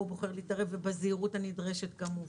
הוא הופך להתערב ובזהירות הנדרשת כמובן,